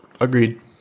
agreed